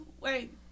wait